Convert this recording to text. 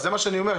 זה מה שאני אומר,